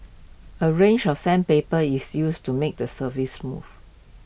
A range of sandpaper is used to make the surface smooth